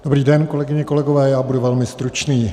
Dobrý den, kolegyně, kolegové, já budu velmi stručný.